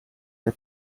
der